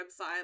website